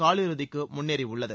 காலிறுதிக்கு முன்னேறியுள்ளது